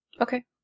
Okay